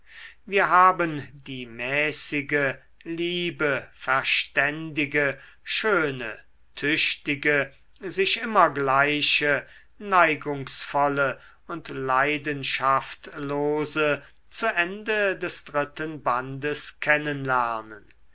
wir haben die mäßige liebe verständige schöne tüchtige sich immer gleiche neigungsvolle und leidenschaftlose zu ende des dritten bandes